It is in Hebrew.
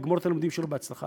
לגמור את הלימודים שלו בהצלחה?